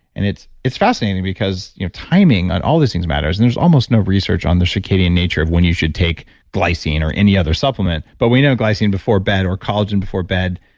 and it's it's fascinating because you know timing and all these things matters and there's almost no research on the circadian nature of when you should take glycine or any other supplement, but we know glycine before bed or collagen before bed,